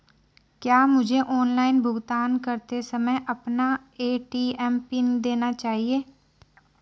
क्या मुझे ऑनलाइन भुगतान करते समय अपना ए.टी.एम पिन देना चाहिए?